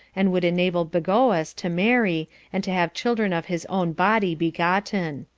and would enable bagoas to marry, and to have children of his own body begotten.